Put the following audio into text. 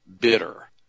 bitter